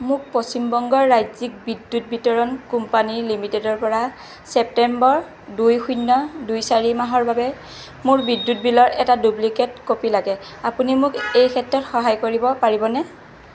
মোক পশ্চিমবংগ ৰাজ্যিক বিদ্যুৎ বিতৰণ কোম্পানী লিমিটেডৰপৰা ছেপ্টেম্বৰ দুই শূন্য দুই চাৰি মাহৰ মোৰ বিদ্যুৎ বিলৰ এটা ডুপ্লিকেট কপি লাগে আপুনি মোক এই ক্ষেত্ৰত সহায় কৰিব পাৰিবনে